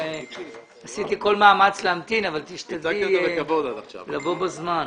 עשיתי כל מאמץ להמתין אבל תשתדלי לבוא בזמן.